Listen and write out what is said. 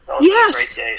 yes